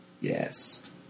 Yes